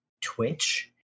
Twitch